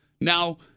Now